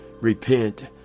Repent